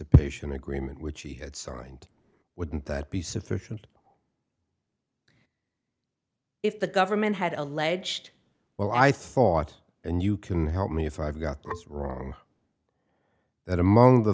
participation agreement which he had signed wouldn't that be sufficient if the government had alleged well i thought and you can help me if i've got this wrong that among the